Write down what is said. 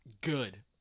Good